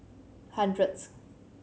hundredth